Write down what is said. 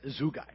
Zugai